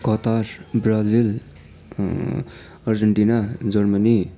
Qatar Brazil Argentina Germany